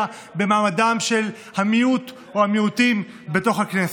במעמדם של המיעוט או המיעוטים בתוך הכנסת.